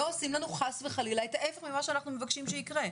לא עושים לנו חס וחלילה את ההיפך ממה שאנחנו מבקשים שיקרה.